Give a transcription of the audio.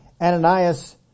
Ananias